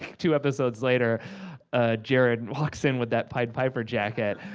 two episodes later ah jared and walks in with that pied piper jacket,